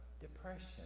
depression